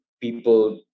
people